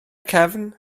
cefn